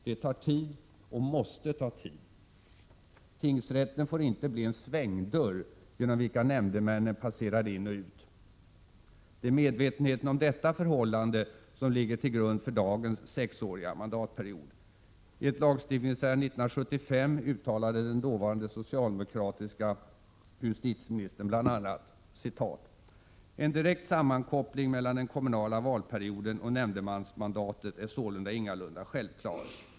Detta tar tid och måste ta tid. Tingsrätten får inte bli en svängdörr genom vilken nämndemännen passerar in och ut. Det är medvetenheten om detta förhållande som ligger till grund för dagens sexåriga mandatperiod. I ett lagstiftningsärende 1975 uttalade den dåvarande socialdemokratiske justitieministern bl.a.: ”En direkt sammankoppling mellan den kommunala valperioden och nämndemansmandatet är sålunda ingalunda självklar (jfr.